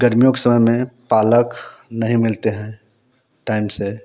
गर्मियों के समय में पालक नहीं मिलते हैं टाइम से